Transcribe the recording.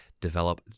develop